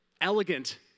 elegant